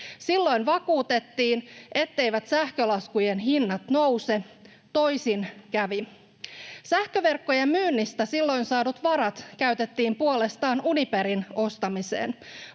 Silloin vakuutettiin, etteivät sähkölaskujen hinnat nouse. Toisin kävi. Sähköverkkojen myynnistä silloin saadut varat käytettiin puolestaan Uniperin ostamiseen.